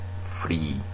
free